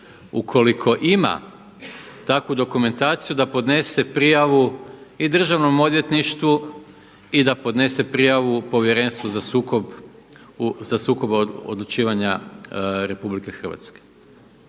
ukoliko ima takvu dokumentaciju da podnese prijavu i Državnom odvjetništvu i da podnese prijavu Povjerenstvu za sukob odlučivanja Republike Hrvatske,